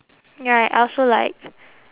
ya I also like